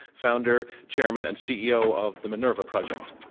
founder, chairman and ceo of the minerva project.